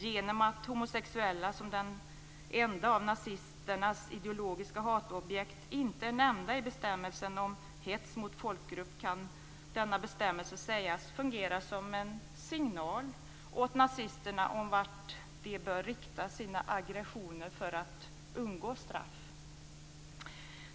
Genom att homosexuella, som de enda av nazisternas ideologiska hatobjekt, inte är nämnda i bestämmelsen om hets mot folkgrupp kan denna bestämmelse sägas fungera som en signal åt nazisterna om vart de bör rikta sina aggressioner för att undgå straff.